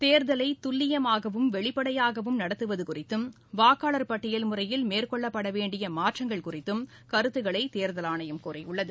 தேர்தலை துல்லியமாகவும் வெளிப்படையாகவும் நடத்துவது குறித்தும் வாக்காளர் பட்டியல் முறையில் மேற்கொள்ளப்பட வேண்டிய மாற்றங்கள் குறித்தும் கருத்துக்களை தேர்தல் ஆணையம் கோரியுள்ளது